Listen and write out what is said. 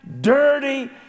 dirty